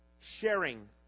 Sharing